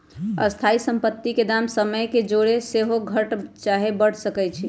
स्थाइ सम्पति के दाम समय के जौरे सेहो घट चाहे बढ़ सकइ छइ